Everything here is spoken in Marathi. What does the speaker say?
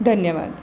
धन्यवाद